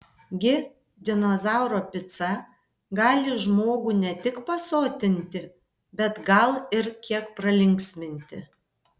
gi dinozauro pica gali žmogų ne tik pasotinti bet gal ir kiek pralinksminti